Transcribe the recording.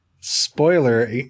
spoiler